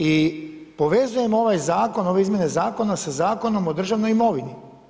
I povezujem ovaj zakon, ove izmjene zakona sa Zakonom o državnoj imovini.